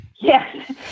yes